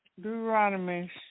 Deuteronomy